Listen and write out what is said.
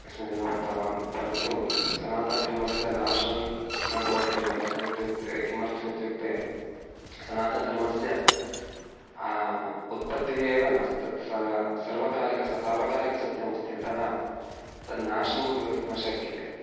एकस्मिन् दिने उक्तवान् परन्तु सनातनधर्मस्य नाशं न भवत्येव कथम् इत्युक्ते किमर्थम् इत्युक्ते सनातनधर्मस्य उत्पत्तिः एव नास्ति तत् सर्वकालिकसत्यम् अस्ति अतः तत् नाशं भवितुं न शक्यते